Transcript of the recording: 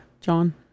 John